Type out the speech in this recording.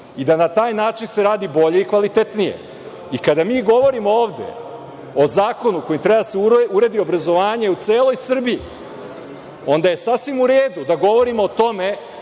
i da se na taj način radi bolje i kvalitetnije. Kada mi govorimo ovde o zakonu kojim treba da se uredi obrazovanje u celoj Srbiji, onda je sasvim u redu da govorimo o tome